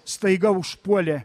staiga užpuolė